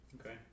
Okay